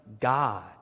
God